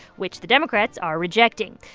which the democrats are rejecting.